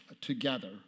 together